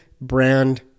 brand